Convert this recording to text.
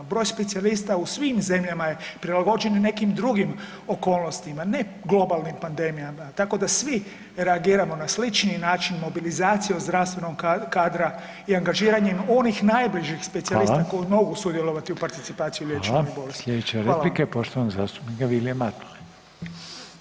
Broj specijalista u svim zemljama je prilagođen nekim drugim okolnostima, ne globalnim pandemijama, tako da svi reagiramo na slični način mobilizacijom zdravstvenog kadra i angažiranjem onih najbližih specijalista koji mogu sudjelovati u participaciji, u liječenju bolesti.